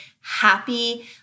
happy